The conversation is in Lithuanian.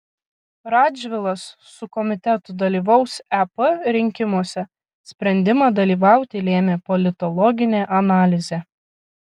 radžvilas su komitetu dalyvaus ep rinkimuose sprendimą dalyvauti lėmė politologinė analizė